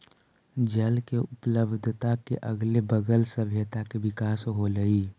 जल के उपलब्धता के अगले बगल सभ्यता के विकास होलइ